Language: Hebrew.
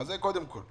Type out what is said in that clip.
אז זה קודם כול.